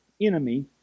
enemy